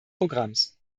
programms